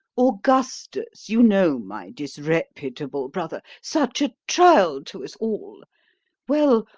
augustus you know my disreputable brother such a trial to us all well,